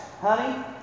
Honey